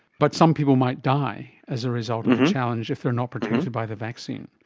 but some people might die as a result of challenge if they're not protected by the vaccine.